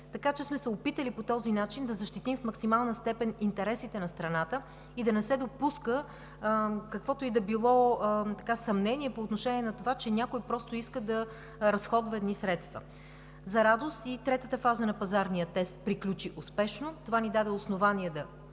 Опитали сме се по този начин да защитим в максимална степен интересите на страната и да не се допуска каквото и да било съмнение по отношение на това, че някой просто иска да разходва едни средства. За радост и третата фаза на пазарния тест приключи успешно. Това ни даде основание да